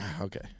Okay